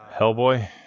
Hellboy